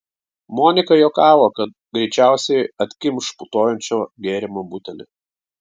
monika juokavo kad greičiausiai atkimš putojančio gėrimo butelį